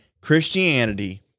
Christianity